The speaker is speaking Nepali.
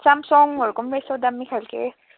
सेमसङहरूको रहेछ हौ दामी खाले